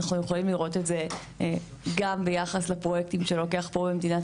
אנחנו יכולים לראות את זה גם ביחס לפרויקטים שלוקח פה במדינת